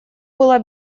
была